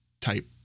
type